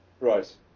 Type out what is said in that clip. right